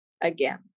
again